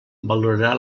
valorarà